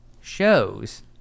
shows